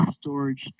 storage